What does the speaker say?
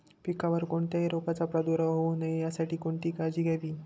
पिकावर कोणत्याही रोगाचा प्रादुर्भाव होऊ नये यासाठी कोणती काळजी घ्यावी?